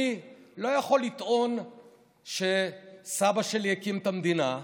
אני לא יכול לטעון שסבא שלי הקים את המדינה,